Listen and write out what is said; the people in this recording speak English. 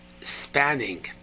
spanning